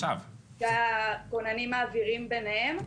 שהכוננים מעבירים בניהם?